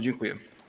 Dziękuję.